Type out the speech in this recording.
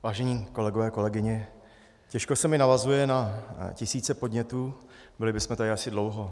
Vážení kolegové, kolegyně, těžko se mi navazuje na tisíce podnětů, byli bychom tady asi dlouho.